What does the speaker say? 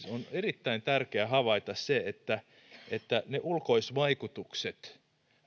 erittäin tärkeä havaita se että että ne ulkoisvaikutukset